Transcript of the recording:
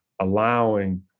allowing